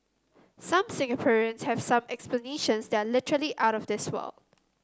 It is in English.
some Singaporeans have some explanations that are literally out of this world